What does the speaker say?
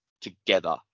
together